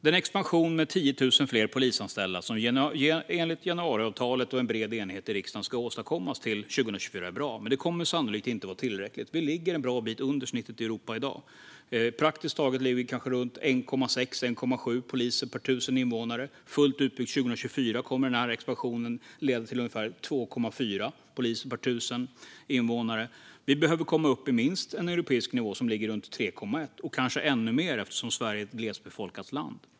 Den expansion med 10 000 fler polisanställda som enligt januariavtalet och en bred enighet i riksdagen ska åstadkommas till 2024 är bra, men det kommer sannolikt inte vara tillräckligt. Vi ligger en bra bit under snittet i Europa i dag. I praktiken ligger vi kanske runt 1,6 eller 1,7 poliser per 1 000 invånare. Fullt utbyggt 2024 kommer expansionen att leda till ungefär 2,4 poliser per 1 000 invånare. Vi behöver komma upp minst på en europeisk nivå, som ligger runt 3,1 och kanske ännu mer, eftersom Sverige är ett glesbefolkat land.